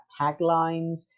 taglines